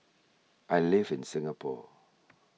I live in Singapore